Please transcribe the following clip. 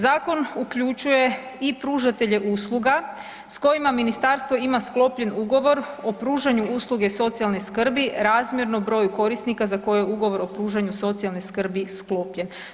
Zakon uključuje i pružatelje usluga s kojima ministarstvo ima sklopljen ugovor o pružanju usluge socijalne skrbi razmjerno broju korisnika za koje je ugovor o pružanju socijalne skrbi sklopljen.